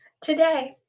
today